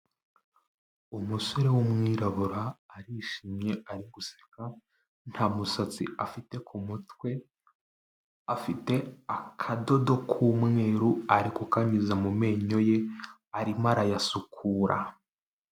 Umusore w'umwirabura arishimye ari guseka, nta musatsi afite ku mutwe, afite akadodo k'umweru ari kukanyuza mu menyo ye, arimo arayasukura.